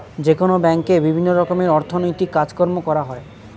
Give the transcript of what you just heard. যেকোনো ব্যাঙ্কে বিভিন্ন রকমের অর্থনৈতিক কাজকর্ম করা হয়